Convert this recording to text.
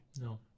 No